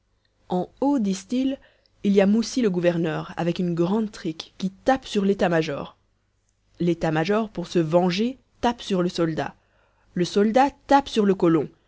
en haut disent-ils il y a mouci le gouverneur avec une grande trique qui tape sur l'état-major l'état-major pour se venger tape sur le soldat le soldat tape sur le colon